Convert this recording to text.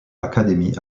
academy